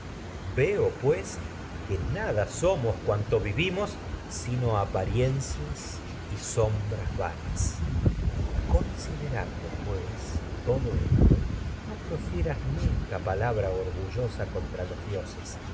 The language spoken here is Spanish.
veo pues que xáencias y nada somos cuantos vivimos sino apasombras vanas minerva considerando pues todo esto no profie ras nunca palabra orgullosa contra los dioses